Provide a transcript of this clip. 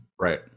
Right